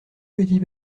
petit